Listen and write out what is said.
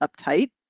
uptight